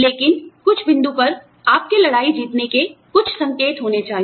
लेकिन कुछ बिंदु पर आपके लड़ाई जीतने के कुछ संकेत होने चाहिए